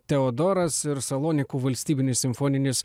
teodoras ir salonikų valstybinis simfoninis